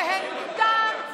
נהנתן,